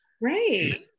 right